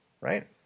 right